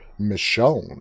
Michonne